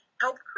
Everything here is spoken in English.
help